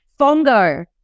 Fongo